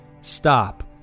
Stop